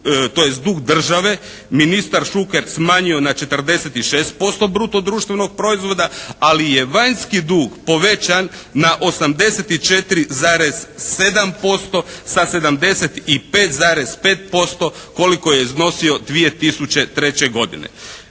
tj. drug države ministar Šuker smanjio na 46% bruto društvenog proizvoda. Ali je vanjski dug povećan na 84,7% sa 75,5% koliko je iznosio 2003. godine.